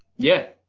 yeah,